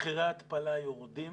מחירי התפלה יורדים,